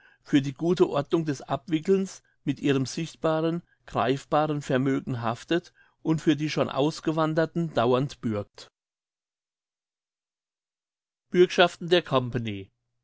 für die gute ordnung des abwickelns mit ihrem sichtbaren greifbaren vermögen haftet und für die schon ausgewanderten dauernd bürgt